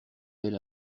elle